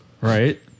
Right